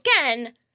again